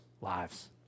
lives